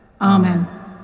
Amen